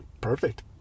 Perfect